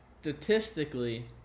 statistically